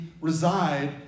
reside